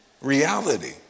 reality